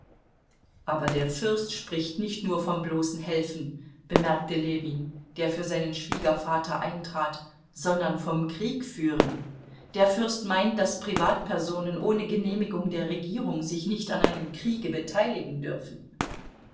aber der fürst spricht nicht vom bloßen helfen bemerkte ljewin der für seinen schwiegervater eintrat sondern vom kriegführen der fürst meint daß privatpersonen ohne genehmigung der regierung sich nicht an einem kriege beteiligen dürfen